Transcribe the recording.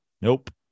Nope